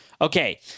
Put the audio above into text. Okay